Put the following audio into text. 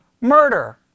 murder